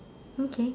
okay